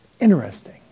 Interesting